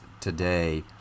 today